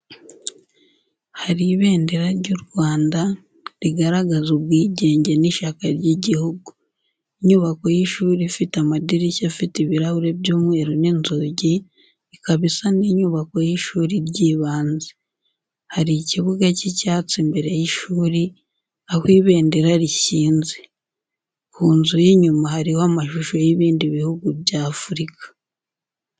Hari ibendera ry’u Rwanda, rigaragaza ubwigenge n’ishyaka ry’igihugu. Inyubako y’ishuri ifite amadirishya afite ibirahure by'umweru n’inzugi, ikaba isa n’inyubako y’ishuri ry’ibanze. Hari ikibuga cy’icyatsi imbere y’ishuri, aho ibendera rishyinze. Ku nzu y’inyuma hariho amashusho y’ibindi bihugu by’Afurika.